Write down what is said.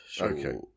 Okay